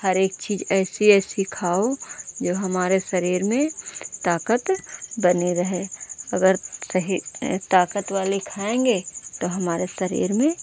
हर एक चीज़ ऐसी ऐसी खाओ जो हमारे शरीर में ताकत बनी रहे अगर सही ताकत वाली खाएंगे तो हमारा शरीर में